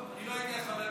לא, לא הייתי אז חבר כנסת.